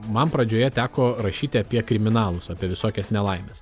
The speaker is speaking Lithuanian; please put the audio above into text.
man pradžioje teko rašyti apie kriminalus apie visokias nelaimes